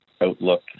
outlook